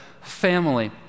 family